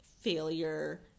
failure